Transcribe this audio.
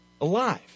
alive